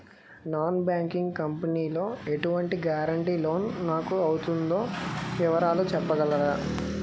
Non banking company లో ఎటువంటి guarantee loan నాకు అవుతుందో వివరాలు చెప్పగలరా?